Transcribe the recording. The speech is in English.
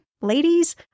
ladies